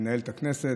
מנהל את הכנסת.